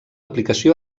aplicació